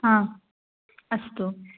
हा अस्तु